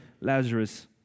Lazarus